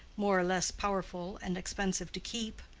more or less powerful and expensive to keep.